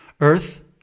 Earth